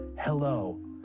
hello